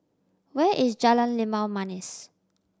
where is Jalan Limau Manis